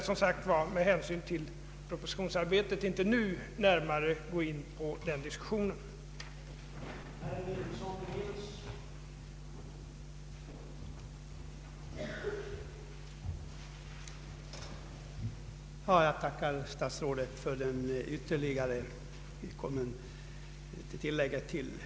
Med hänsyn till propositionsarbetet ämnar jag, som sagt, inte nu gå närmare in på frågan.